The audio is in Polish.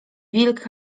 wilk